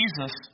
Jesus